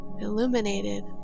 illuminated